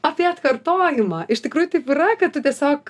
apie atkartojimą iš tikrųjų taip yra kad tu tiesiog